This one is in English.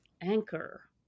anchor